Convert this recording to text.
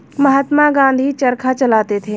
महात्मा गांधी चरखा चलाते थे